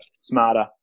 smarter